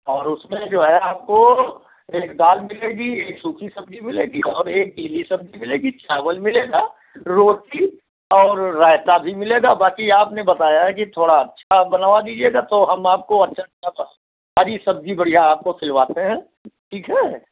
और उसमें जो है आपको एक दाल मिलेगी एक सूखी सब्जी मिलेगी और एक गीली सब्जी मिलेगी चावल मिलेगा रोटी और रायता भी मिलेगा बाकी आपने बताया कि थोड़ा अच्छा बनवा दीजिएगा तो हम आपको अच्छा खासा हरी सब्जी बढ़िया आपको खिलवाते हैं ठीक है